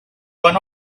one